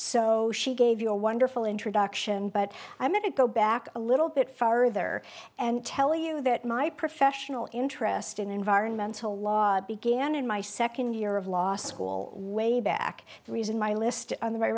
so she gave you a wonderful introduction but i'm going to go back a little bit farther and tell you that my professional interest in environmental law began in my second year of law school way back the reason my list on